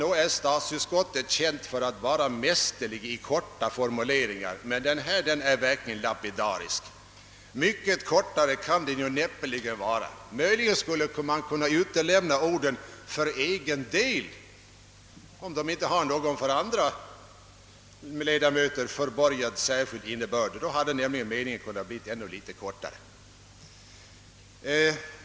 Nog är statsutskottet känt för att vara mästerligt när det gäller korta formuleringar, men denna är verkligen lapidarisk. Mycket kortare kan det näppeligen vara. Möjligen skulle man kunna utelämna orden »för egen del». Har dessa inte någon för andra ledamöter förborgad särskild innebörd, så hade meningen kunnat bli ännu litet kortare.